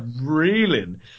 reeling